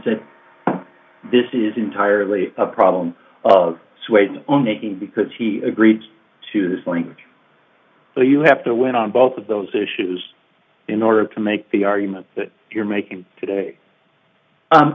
say this is entirely a problem of suade own making because he agreed to this language so you have to win on both of those issues in order to make the argument that you're making today